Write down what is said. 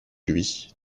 lui